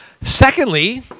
Secondly